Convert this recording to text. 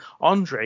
Andre